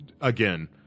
again